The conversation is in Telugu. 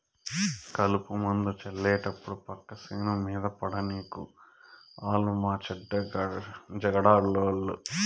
కలుపుమందు జళ్లేటప్పుడు పక్క సేను మీద పడనీకు ఆలు మాచెడ్డ జగడాలోళ్ళు